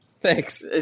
Thanks